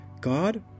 God